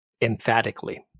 Emphatically